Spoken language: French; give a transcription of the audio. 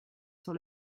sur